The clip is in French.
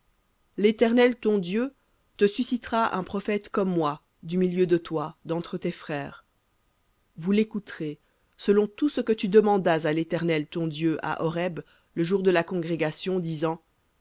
l'éternel ton dieu te suscitera un prophète comme moi du milieu de toi d'entre tes frères vous l'écouterez selon tout ce que tu demandas à l'éternel ton dieu à horeb le jour de la congrégation disant